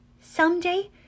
Someday